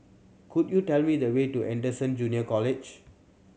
could you tell me the way to Anderson Junior College